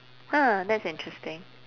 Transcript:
!huh! that's interesting